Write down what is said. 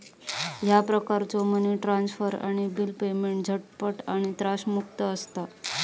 ह्यो प्रकारचो money transfer आणि बिल पेमेंट झटपट आणि त्रासमुक्त असता